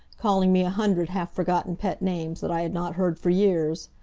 calling me a hundred half-forgotten pet names that i had not heard for years.